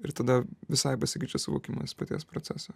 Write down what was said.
ir tada visai pasikeičia suvokimas paties proceso